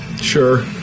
Sure